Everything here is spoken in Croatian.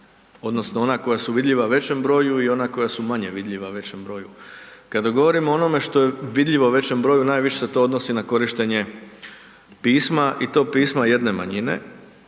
odnosno ona koja su vidljiva većem broju i ona koja su manje vidljiva većem broju. Kada govorimo o onome što je vidljivo većem broju najviše se to odnosi na korištenje pisma i to pisma jedne manjine